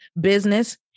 business